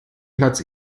platz